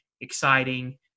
exciting